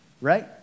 right